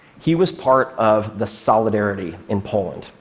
he was part of the solidarity in poland,